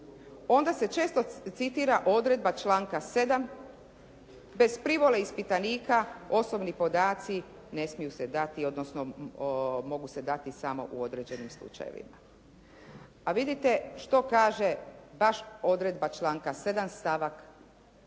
onda se često citira odredba članka 7. bez privole ispitanika osobni podaci ne smiju se dati odnosno mogu se dati samo u određenim slučajevima. Pa vidite što kaže baš odredba članka 7. kasniji